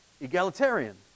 egalitarian